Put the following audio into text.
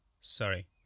sorry